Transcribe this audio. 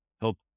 help